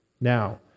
now